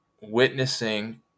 Witnessing